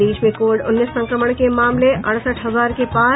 प्रदेश में कोविड उन्नीस संक्रमण के मामले अड़सठ हजार के पार